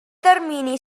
termini